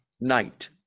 night